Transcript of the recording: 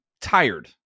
tired